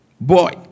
Boy